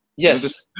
Yes